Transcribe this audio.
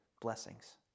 Blessings